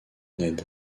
ned